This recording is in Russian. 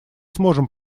сможем